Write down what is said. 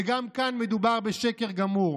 וגם כאן מדובר בשקר גמור.